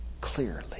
clearly